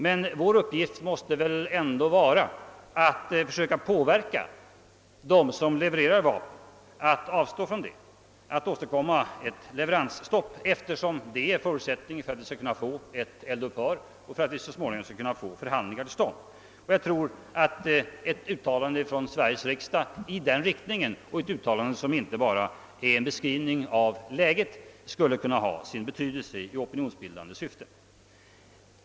Men vår uppgift måste väl ändå vara att försöka påverka dem som levererar vapen att avstå från det och att åstadkomma ett leveransstopp, eftersom det är förutsättningen för att vi skall kunna få ett eld upphör och så småningom förhandlingar. Jag tror att ett uttalande från Sveriges riksdag i den riktningen — och ett uttalande som inte bara är en beskrivning av läget — skulle kunna ha sin betydelse i opinionsbildande syfte.